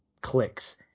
clicks